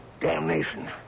Damnation